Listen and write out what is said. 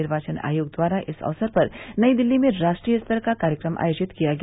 निर्वाचन आयोग द्वारा इस अवसर पर नई दिल्ली में राष्ट्रीय स्तर का कार्यक्रम आयोजित किया गया